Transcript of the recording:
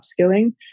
upskilling